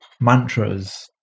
mantras